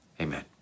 Amen